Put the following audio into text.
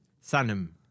Sanum